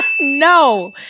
No